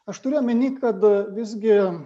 aš turiu omeny kad visgi